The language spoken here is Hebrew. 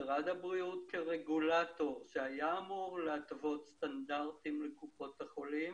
משרד הבריאות כרגולטור שהיה אמור להתוות סטנדרטים לקופות החולים,